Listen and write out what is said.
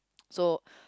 so